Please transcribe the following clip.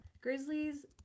grizzlies